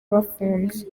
bafunze